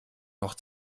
noch